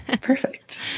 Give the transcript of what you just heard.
Perfect